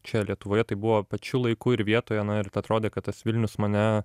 čia lietuvoje tai buvo pačiu laiku ir vietoje na ir atrodė kad tas vilnius mane